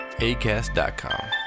ACAST.COM